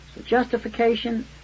Justification